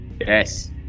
Yes